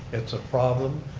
it's a problem,